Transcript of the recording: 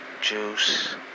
juice